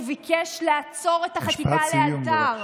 וביקש לעצור את החקיקה לאלתר.